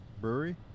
Brewery